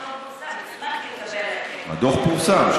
הדוח לא פורסם, הדוח פורסם.